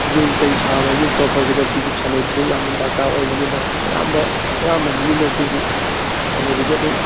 ꯌꯨꯝ ꯀꯩ ꯁꯥꯕꯒꯤ ꯈꯣꯠꯄꯒꯤꯗ ꯁꯤꯒꯤ ꯁꯟꯅꯩꯕꯤꯁꯦ ꯌꯥꯝꯅ ꯗꯔꯀꯥꯔ ꯑꯣꯏꯕꯅꯤꯅ ꯑꯌꯥꯝꯕ ꯑꯌꯥꯝꯕ ꯃꯤꯅ ꯁꯤꯒꯤ ꯁꯟꯅꯩꯕꯤꯁꯦ ꯑꯗꯨꯝ